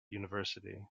university